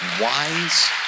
wise